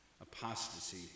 apostasy